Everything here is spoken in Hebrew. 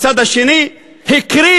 הצד השני הקריב,